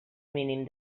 mínim